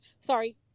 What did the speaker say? sorry